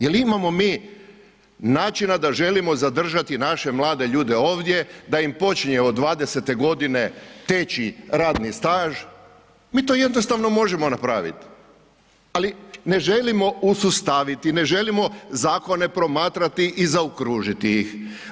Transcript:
Jel imamo mi načina da želimo zadržati naše mlade ovdje, da im počinje od 20-te godine teći radni staž, mi to jednostavno možemo napravit ali ne želimo usustaviti, ne želimo zakone promatrati i zaokružiti ih.